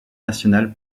national